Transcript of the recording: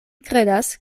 kredas